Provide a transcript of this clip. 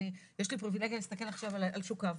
יש לי פריווילגיה להסתכל עכשיו על שוק העבודה.